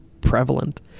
prevalent